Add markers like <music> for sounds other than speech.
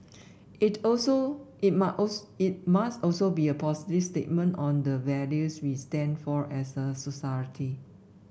it also it must <unintelligible> it must also be a positive statement on the values we stand for as a society